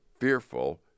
fearful